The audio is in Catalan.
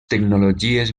tecnologies